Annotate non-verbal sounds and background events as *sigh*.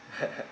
*laughs*